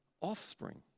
offspring